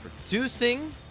producing